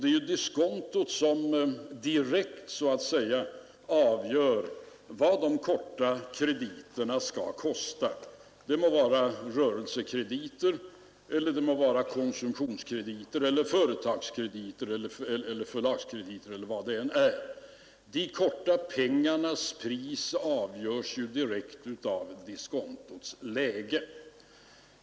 Det är diskontot som direkt avgör vad de korta krediterna skall kosta — det må vara rörelsekrediter, konsumtionskrediter, företagskrediter, förlagskrediter eller vad det än är. De korta pengarnas pris avgörs ju direkt av diskontots läge.